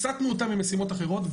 הפסקנו אותה ממשימות אחרות,